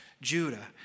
Judah